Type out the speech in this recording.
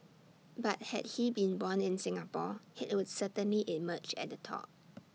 but had he been born in Singapore he would certainly emerge at the top